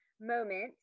moment